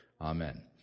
Amen